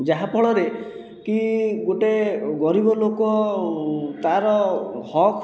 ଯାହାଫଳରେ କି ଗୋଟିଏ ଗରିବ ଲୋକ ତା ର ହକ୍